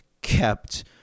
kept